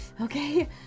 okay